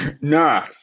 Nah